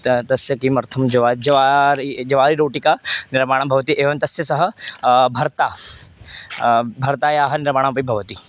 त तस्य किमर्थं जवा जवारि जवारि रोटिका निर्माणं भवति एवं तस्य सह भर्ता भर्तायाः निर्माणमपि भवति